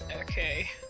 Okay